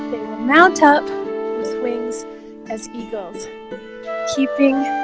mount up with wings as eagles keeping